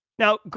Now